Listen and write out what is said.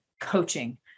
coaching